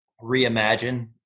reimagine